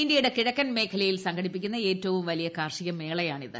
ഇന്ത്യയുടെ കിഴ ക്കൻ മേഖലയിൽ സംഘടിപ്പിക്കുന്ന ഏറ്റവും വലിയ കാർഷിക മേളയാണിത്